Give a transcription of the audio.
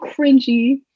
cringy